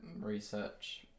research